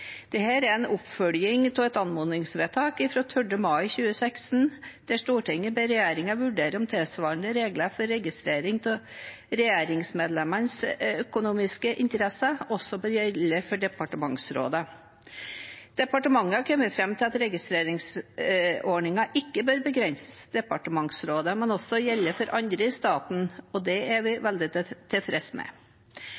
er en oppfølging av et anmodningsvedtak fra 12. april 2016, der Stortinget ber regjeringen vurdere om tilsvarende regler som gjelder for registrering av regjeringsmedlemmers økonomiske interesser, også bør gjelde for departementsråder. Departementet har kommet fram til at registreringsordningen ikke bør begrenses til departementsråder, men også gjelde for andre i staten. Det er vi